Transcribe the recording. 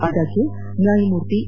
ಆದಾಗ್ಯೂ ನ್ಯಾಯಮೂರ್ತಿ ಎ